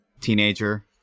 teenager